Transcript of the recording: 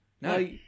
No